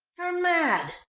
you're mad!